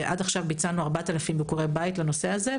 ועד עכשיו ביצענו 4000 ביקורי בית בנושא הזה,